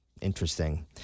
Interesting